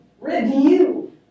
review